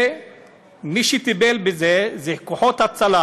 ומי שטיפל בזה זה כוחות הצלה